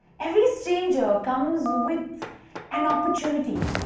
every stranger comes with an opportunity,